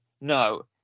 no